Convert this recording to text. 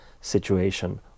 situation